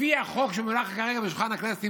לפי החוק שמונח כרגע על שולחן הכנסת,